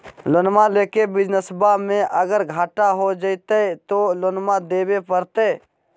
लोनमा लेके बिजनसबा मे अगर घाटा हो जयते तो लोनमा देवे परते?